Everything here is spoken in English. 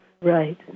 Right